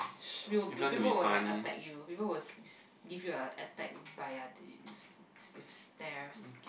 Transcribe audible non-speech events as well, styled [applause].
[noise] will people will like attack you people will give you a attack by ya at the stairs